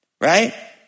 right